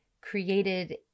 created